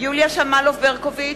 יוליה שמאלוב-ברקוביץ,